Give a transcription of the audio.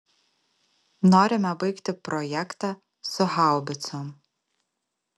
norime baigti projektą su haubicom